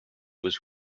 was